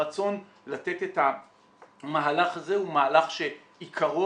הרצון לתת את המהלך הזה הוא מהלך שעיקרו